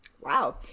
Wow